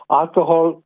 alcohol